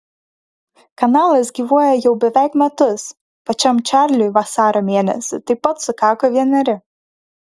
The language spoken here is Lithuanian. kanalas gyvuoja jau beveik metus pačiam čarliui vasario mėnesį taip pat sukako vieneri